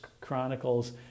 Chronicles